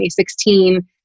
2016